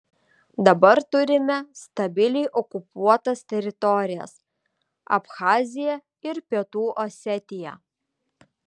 dabar turime stabiliai okupuotas teritorijas abchaziją ir pietų osetiją